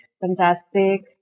fantastic